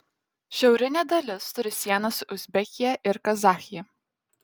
šiaurinė dalis turi sieną su uzbekija ir kazachija